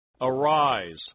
Arise